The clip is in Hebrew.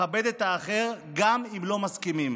לכבד את האחר, גם אם לא מסכימים.